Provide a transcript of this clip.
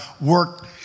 work